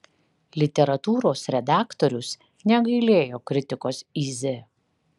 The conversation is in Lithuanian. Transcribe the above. literatūros redaktorius negailėjo kritikos iz